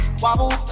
Wobble